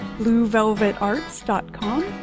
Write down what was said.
bluevelvetarts.com